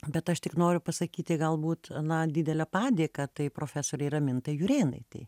bet aš tik noriu pasakyti galbūt na didelę padėką tai profesorei ramintai jurėnaitei